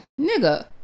Nigga